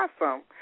awesome